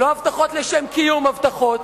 לא הבטחות לשם קיום הבטחות.